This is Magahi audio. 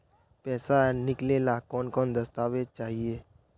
पैसा निकले ला कौन कौन दस्तावेज चाहिए?